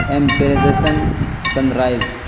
impression sun rise